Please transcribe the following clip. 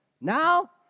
now